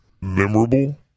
memorable